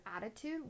attitude